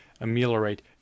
ameliorate